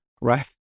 right